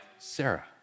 Sarah